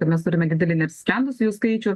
kad mes turime didelį neapsisprendusiųjų skaičių